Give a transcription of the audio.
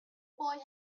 boy